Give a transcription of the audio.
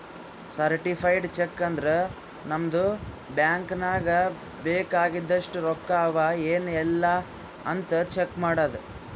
certified cheque ಅಂದುರ್ ನಮ್ದು bank ನಾಗ್ ಬೇಕ್ ಆಗಿದಷ್ಟು ರೊಕ್ಕಾ ಅವಾ ಎನ್ ಇಲ್ಲ್ ಅಂತ್ ಚೆಕ್ ಮಾಡದ್